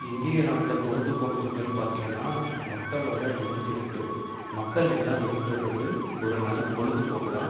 இந்திய நாட்டில் பொழுதுபோக்குகள் பார்த்தீங்கனா மக்களோடு இணைஞ்சுருக்கு மக்கள் எல்லாம் விரும்புவது ஒரு நல்ல பொழுதுபோக்கு தான்